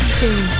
two